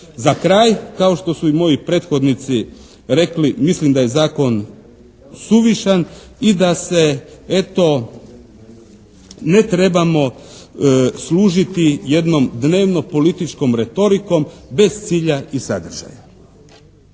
Za kraj kao što su i moji prethodnici rekli mislim da je Zakon suvišan i da se eto ne trebamo služiti jednom dnevno-političkom retorikom bez cilja i sadržaja.